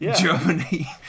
Germany